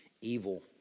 evil